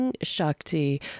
shakti